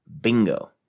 Bingo